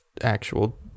actual